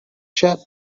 chet